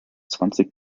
zwanzig